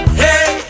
hey